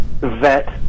vet